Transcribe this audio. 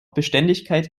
beständigkeit